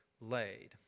laid